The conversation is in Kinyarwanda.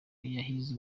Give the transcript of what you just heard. yahize